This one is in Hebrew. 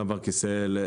גם בנק ישראל,